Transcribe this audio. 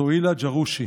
סוהילה ג'רושי,